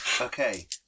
Okay